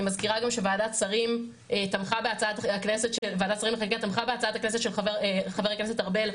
אני מזכירה גם שוועדת שרים לחקיקה תמכה בהצעה של חבר הכנסת ארבל,